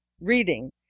reading